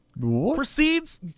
Proceeds